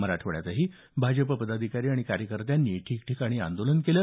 मराठवाड्यातही भाजप पदाधिकारी आणि कार्यकर्त्यांनी ठिकठिकाणी आंदोलन केलं